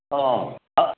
ꯑꯣ